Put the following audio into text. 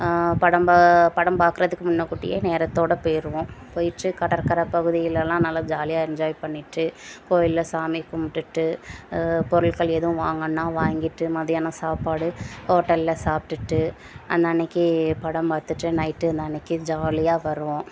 படம் ப படம் பார்க்குறதுக்கு முன்னக்கூட்டியே நேரத்தோட போயிடுவோம் போயிட்டு கடற்கரை பகுதிகளெல்லாம் நல்லா ஜாலியாக என்ஜாய் பண்ணிட்டு கோயிலில் சாமி கும்மிட்டுட்டு பொருட்கள் எதுவும் வாங்கினா வாங்கிட்டு மதியானம் சாப்பாடு ஹோட்டலில் சாப்பிட்டுட்டு அன்னான்னைக்கி படம் பார்த்துட்டு நைட்டு அன்னான்னைக்கி ஜாலியாக வருவோம்